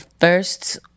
first